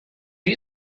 you